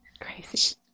Crazy